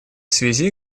связи